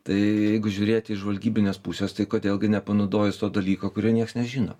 tai jeigu žiūrėt iš žvalgybinės pusės tai kodėl gi nepanaudojus to dalyko kurio nieks nežino